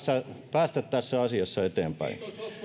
päästä tässä asiassa eteenpäin